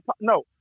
No